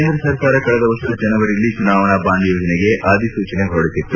ಕೇಂದ್ರ ಸರ್ಕಾರ ಕಳೆದ ವರ್ಷದ ಜನವರಿಯಲ್ಲಿ ಚುನಾವಣಾ ಬಾಂಡ್ ಯೋಜನೆಗೆ ಅಧಿಸೂಚನೆ ಹೊರಡಿಸಿತ್ತು